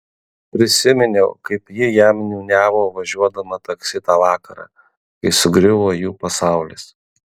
prisiminiau kaip ji jam niūniavo važiuodama taksi tą vakarą kai sugriuvo jų pasaulis